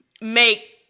make